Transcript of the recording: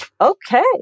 Okay